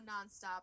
nonstop